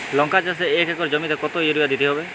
লংকা চাষে এক একর জমিতে কতো ইউরিয়া দিতে হবে?